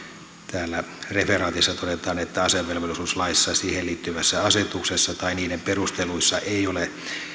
täällä referaatissa todetaan että asevelvollisuuslaissa siihen liittyvässä asetuksessa tai niiden perusteluissa ei ole